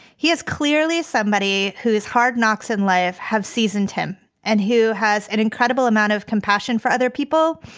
he is clearly somebody who is hard, knocks in life, have season ten and who has an incredible amount of compassion for other people.